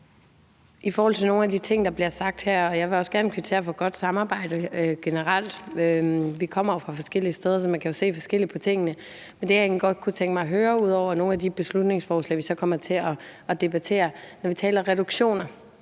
i forhold til nogle af de ting, der bliver sagt her, og jeg vil også gerne kvittere for et godt samarbejde generelt. Vi kommer fra forskellige steder, så man kan jo se forskelligt på tingene, men det, jeg egentlig godt kunne tænke mig at høre om, ud over nogle af de beslutningsforslag, vi så kommer til at debattere, er: Når vi taler reduktioner